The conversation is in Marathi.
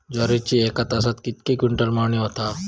ज्वारीची एका तासात कितके क्विंटल मळणी होता?